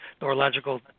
neurological